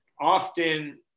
often